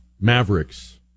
mavericks